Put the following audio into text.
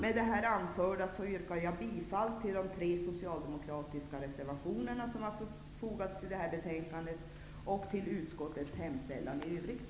Med det anförda yrkar jag bifall till de tre socialdemokratiska reservationer som har fogats till detta betänkande och till utskottets hemställan i övrigt.